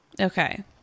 Okay